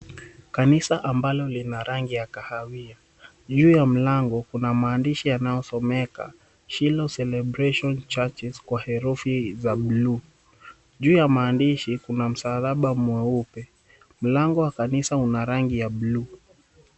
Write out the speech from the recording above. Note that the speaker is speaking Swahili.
Kanisa ambalo lina rangi ya kahawia, juu ya mlango kuna maandishi yanayosomeka "SHILOH CELEBRATION CHURCHES" kwa herufi za buluu. Juu ya maandihsi kuna msalaba mweupe. Mlango wa kanisa una rangi ya buluu.